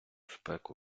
спеку